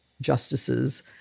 justices